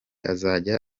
azajya